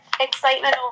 excitement